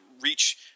reach